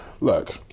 look